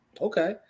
okay